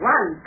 One